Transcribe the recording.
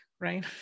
right